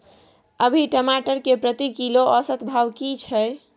अभी टमाटर के प्रति किलो औसत भाव की छै?